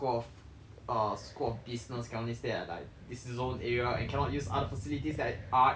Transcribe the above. uh school of business can only stay at like this zone area and cannot use other facilities that are in other areas